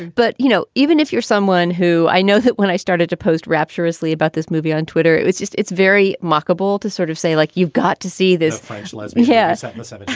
but, you know, even if you're someone who i know that when i started to post rapturously about this movie on twitter, it's just it's very mockable to sort of say, like, you've got to see this french-led. yes. i and said